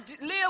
live